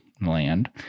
land